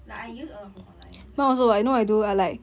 like I use a lot from online like